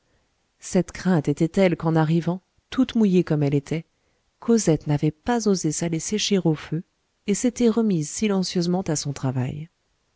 cette crainte était telle qu'en arrivant toute mouillée comme elle était cosette n'avait pas osé s'aller sécher au feu et s'était remise silencieusement à son travail